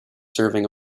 serving